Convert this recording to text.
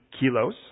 kilos